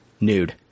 Nude